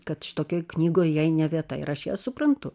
kad šitokioj knygoj jai ne vieta ir aš ją suprantu